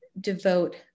devote